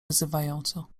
wyzywająco